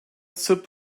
sırp